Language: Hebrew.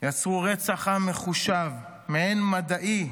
יצרו רצח מחושב, מעין מדעי,